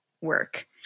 work